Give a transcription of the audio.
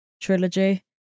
trilogy